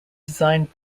designed